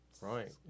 Right